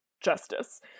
justice